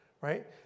right